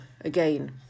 again